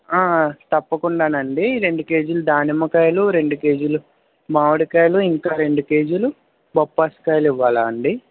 తప్పకుండానండీ రెండు కేజీలు దానిమ్మకాయలు రెండు కేజీలు మామిడికాయలు ఇంకా రెండు కేజీలు బొప్పాయికాయలు ఇవ్వాలా అండి